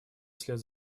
вслед